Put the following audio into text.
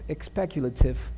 speculative